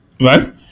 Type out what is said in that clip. right